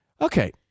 Okay